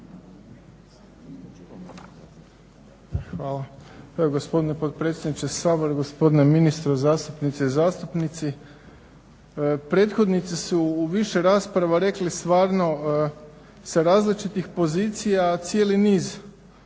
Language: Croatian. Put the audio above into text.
Hvala. Gospodine potpredsjedniče Sabora, gospodine ministre, zastupnice i zastupnici. Prethodnici su u više rasprava rekli stvarno sa različitih pozicija, a cijeli niz